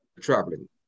traveling